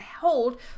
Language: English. hold